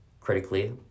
Critically